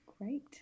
Great